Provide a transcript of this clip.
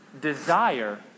Desire